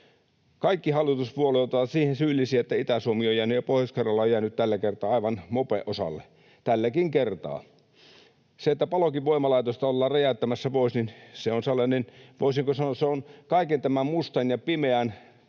Kaikki hallituspuolueet ovat siihen syyllisiä, että Itä-Suomi ja Pohjois-Karjala ovat jääneet tällä kertaa aivan mopen osalle. Tälläkin kertaa. Se, että Palokin voimalaitosta ollaan räjäyttämässä pois, niin se on sellainen, voisinko sanoa, kaiken